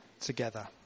together